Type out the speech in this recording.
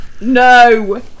No